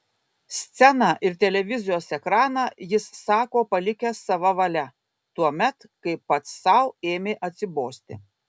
sceną ir televizijos ekraną jis sako palikęs sava valia tuomet kai pats sau ėmė atsibosti